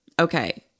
okay